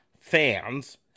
fans